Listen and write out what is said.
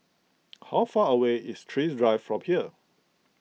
how far away is Thrift Drive from here